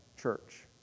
church